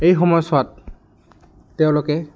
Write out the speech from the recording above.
এই সময়ছোৱাত তেওঁলোকে